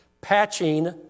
patching